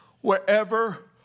Wherever